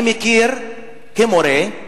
אני מכיר כמורה,